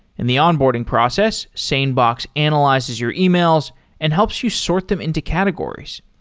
in the onboarding process, sanebox analyzes your emails and helps you sort them into categories.